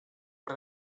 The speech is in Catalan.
per